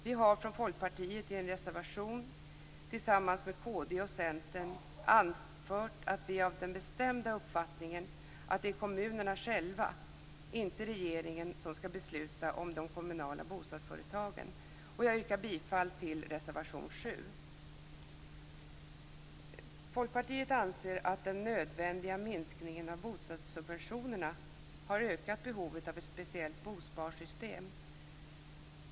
Vi har från Folkpartiet i en reservation tillsammans med kd och Centern anfört att vi är av den bestämda uppfattningen att det är kommunerna själva, inte regeringen, som skall besluta om de kommunala bostadsföretagen. Jag yrkar bifall till reservation 7. Folkpartiet anser att den nödvändiga minskningen av bostadssubventionerna har ökat behovet av ett speciellt bosparsystem.